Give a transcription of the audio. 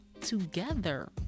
together